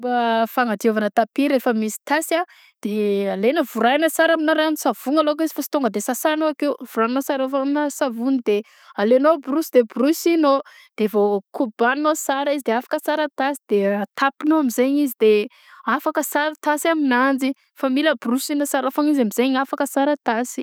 Fomba fagnadiovana tapy rehefa misy tasy a de alegna vorahagna tsara amna ranontsavony alôka izy sy tonga de sasanao akeo voragninao sara amy rano savogny alenao brosy de borosinao de vao kobagninao sara izy de afaka sara tasy de atapinao amnjegny izy de afaka sara tasy aminanjy fa mila borôsigna sara foagna izy amzay afaka sara ny tasy.